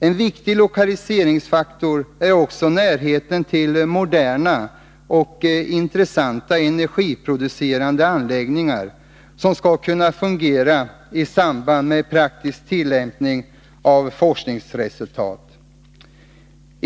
En viktig lokaliseringsfaktor är också närheten till moderna och intressanta energiproducerande anläggningar, som skall kunna fungera i samband med praktisk tillämpning av forskningsresultat.